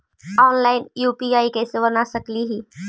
Online UPI कैसे बना सकली ही?